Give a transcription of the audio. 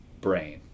brain